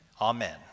Amen